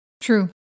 true